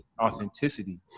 authenticity